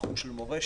לתחום של מורשת,